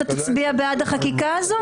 אתה תצביע בעד החקיקה הזו?